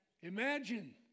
imagine